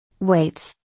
Weights